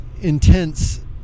intense